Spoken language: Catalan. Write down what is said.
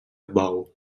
bou